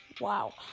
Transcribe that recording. Wow